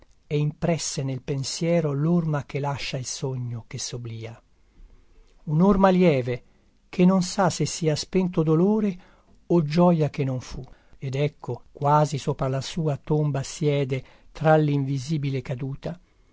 e impresse nel pensiero lorma che lascia il sogno che soblia unorma lieve che non sa se sia spento dolore o gioia che non fu ed ecco quasi sopra la sua tomba siede tra linvisibile caduta